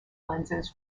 lenses